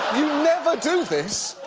never do this,